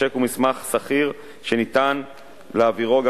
הצ'ק הוא מסמך סחיר שניתן להעבירו גם